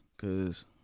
cause